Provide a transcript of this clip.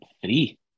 three